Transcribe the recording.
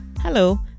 Hello